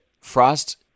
Frost